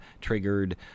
triggered